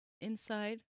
Inside